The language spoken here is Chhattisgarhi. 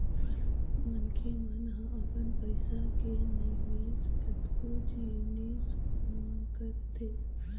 मनखे मन ह अपन पइसा के निवेश कतको जिनिस म करथे